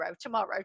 tomorrow